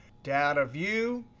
data view.